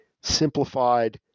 simplified